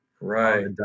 right